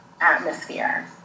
atmosphere